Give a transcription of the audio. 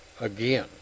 Again